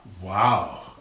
wow